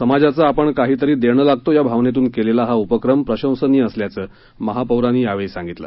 समाजाचे आपण काही देणे लागतो या भावनेतून केलेला हा उपक्रम प्रशंसनीय असल्याचं महापौरानी यावेळी सांगितलं